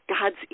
god's